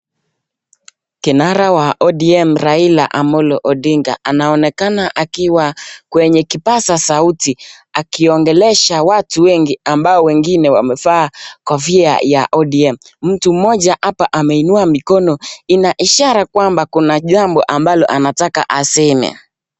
Kinara wa ODM Raila Amollo Odinga anaonekana akiwa kwenye kipaza sauti, akiongea na watu wengi ambao wengine wamevaa kofia ya ODM. Mtu mmoja hapa ameinua mikono, ina ishara kwamba kuna jambo ambalo anataka aseme.